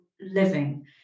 living